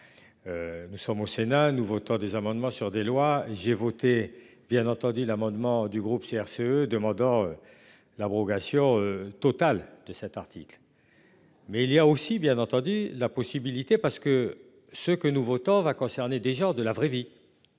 Nous sommes au sénat nous votant des amendements sur des lois, j'ai voté bien entendu l'amendement du groupe CRCE demandant. L'abrogation totale de cet article. Mais il y a aussi bien entendu la possibilité parce que ce que nous votons va concerner des gens de la vraie vie.